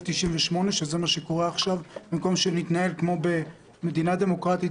98 שזה מה שקורה עכשיו במקום שנתנהל במדינה דמוקרטית